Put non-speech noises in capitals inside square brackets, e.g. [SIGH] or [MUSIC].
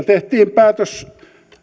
[UNINTELLIGIBLE] tehtiin päätös